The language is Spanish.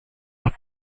los